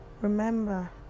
Remember